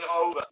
over